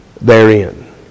therein